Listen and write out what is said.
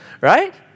Right